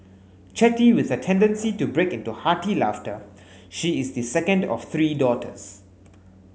chatty with a tendency to break into hearty laughter she is the second of three daughters